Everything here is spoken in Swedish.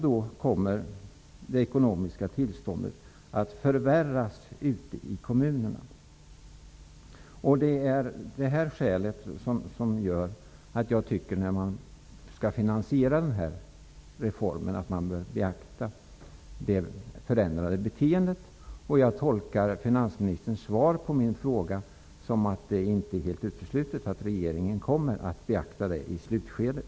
Då kommer det ekonomiska tillståndet ute i kommunerna att förvärras. Därför tycker jag att man bör beakta det förändrade beteendet när man skall finansiera reformen. Jag tolkar finansministerns svar på min fråga som att det inte är helt uteslutet att regeringen kommer att beakta det i slutskedet.